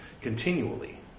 continually